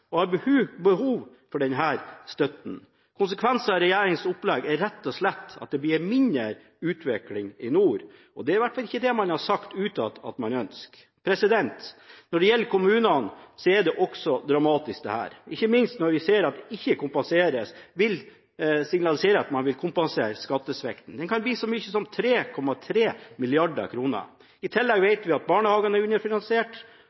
og har behov for denne støtten. Konsekvensen av regjeringens opplegg er rett og slett at det blir mindre utvikling i nord, og det er i hvert fall ikke det man har sagt utad, at man ønsker. Når det gjelder kommunene, er dette også dramatisk – ikke minst når vi ser at man ikke vil signalisere at man vil kompensere for skattesvikten. Den kan bli så stor som 3,3 mrd. kr. I tillegg vet vi at barnehagene er underfinansiert,